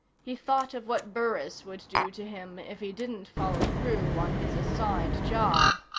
he thought of what burris would do to him if he didn't follow through on his assigned job.